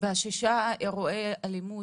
וששת אירועי האלימות,